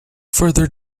further